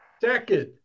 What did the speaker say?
Second